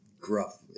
gruff